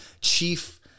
chief